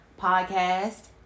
podcast